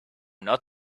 not